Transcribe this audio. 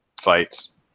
fights